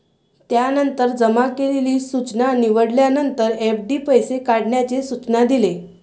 त्यानंतर जमा केलेली सूचना निवडल्यानंतर, एफ.डी पैसे काढण्याचे सूचना दिले